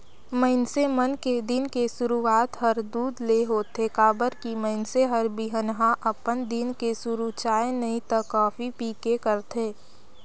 मइनसे मन के दिन के सुरूआत हर दूद ले होथे काबर की मइनसे हर बिहनहा अपन दिन के सुरू चाय नइ त कॉफी पीके करथे